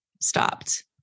stopped